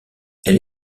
elle